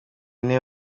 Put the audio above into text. niwe